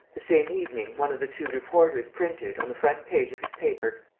the same evening, one of the two reporters printed, on the front page of his paper,